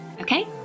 Okay